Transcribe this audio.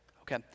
okay